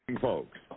folks